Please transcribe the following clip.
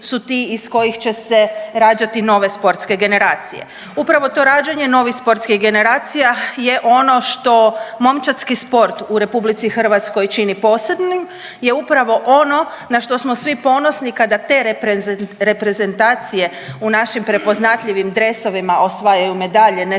su ti iz kojih će se rađati nove sportske generacije. Upravo to rađanje novih sportskih generacija je ono što momčadski sport u Republici Hrvatskoj čini posebnim je upravo ono na što smo svi ponosni kada te reprezentacije u našim prepoznatljivim dresovima osvajaju medalje ne samo